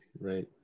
right